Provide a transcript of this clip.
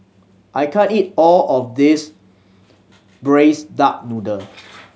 I can't eat all of this Braised Duck Noodle